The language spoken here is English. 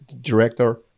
director